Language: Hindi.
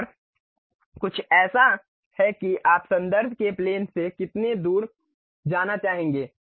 और कुछ ऐसा है कि आप संदर्भ के प्लेन से कितनी दूर जाना चाहेंगे